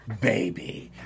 baby